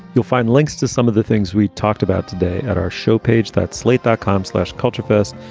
you'll find links to some of the things we talked about today at our show page that slate dot com slash culture fest.